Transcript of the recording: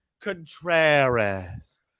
Contreras